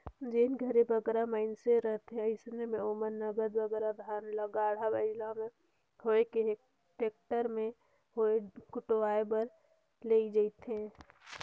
जेन घरे बगरा मइनसे रहथें अइसे में ओमन नगद बगरा धान ल गाड़ा बइला में होए कि टेक्टर में होए कुटवाए बर लेइजथें